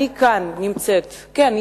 אני נמצאת כאן,